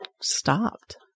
stopped